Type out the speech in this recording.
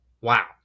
Wow